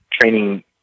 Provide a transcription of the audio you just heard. training